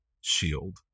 shield